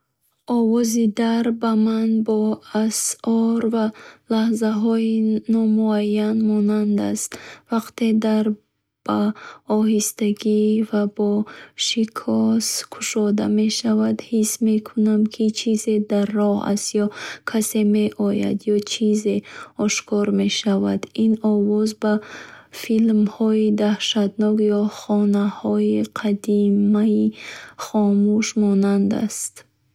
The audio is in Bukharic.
Овози дар ба ман бо асрор ва лаҳзаи номуайянӣ монанд аст. Вақте дар ба оҳистагӣ ва бо шикос кушода мешавад, ҳис мекунӣ, ки чизе дар роҳ аст ё касе меояд, ё чизе ошкор мешавад. Ин овоз ба филмҳои даҳшатнок ё хонаҳои қадимаи хомӯш монанд аст.